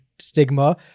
stigma